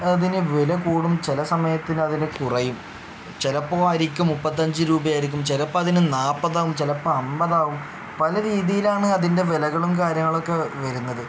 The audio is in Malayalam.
അതിന് വില കൂടും ചില സമയത്ത് അതിന് കുറയും ചിലപ്പോൾ അരിക്ക് മുപ്പത്തഞ്ച് രൂപയായിരിക്കും ചിലപ്പോൾ അതിന് നാൽപ്പത് ആകും ചിലപ്പോൾ അൻപത് ആകും പല രീതിയിലാണ് അതിൻ്റെ വിലകളും കാര്യങ്ങളൊക്കെ വരുന്നത്